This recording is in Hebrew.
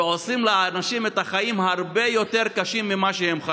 ועושים לאנשים את החיים הרבה יותר קשים ממה שהם.